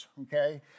okay